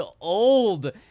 old